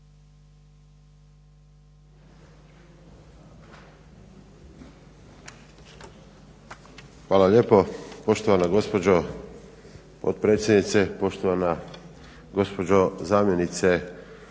Hvala lijepo poštovana gospođo potpredsjednice. Poštovana gospođo zamjenice